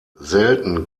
selten